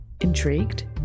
Intrigued